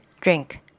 drink